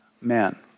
man